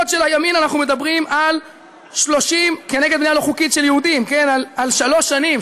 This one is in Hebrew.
הימין כנגד בנייה לא חוקית של יהודים אנחנו מדברים על שלוש שנים,